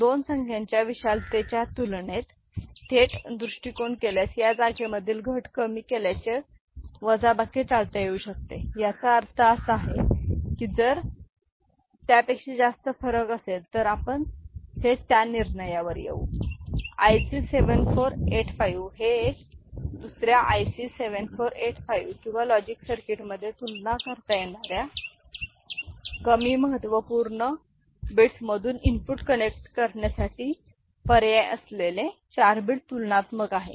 दोन संख्येच्या विशालतेच्या तुलनेत थेट दृष्टिकोन केल्यास या जागेमधील घट कमी केल्याचे वजाबाकी टाळता येऊ शकते याचा अर्थ असा आहे की जर त्यापेक्षा जास्त फरक असेल तर आपण थेट त्या निर्णयावर येऊ IC 7485 हे एक दुसर्या IC 7485 किंवा लॉजिक सर्किटमध्ये तुलना करता येणाऱ्या कमी महत्त्वपूर्ण बिट्समधून इनपुट कनेक्ट करण्यासाठी पर्याय असलेले 4 बिट तुलनात्मक आहे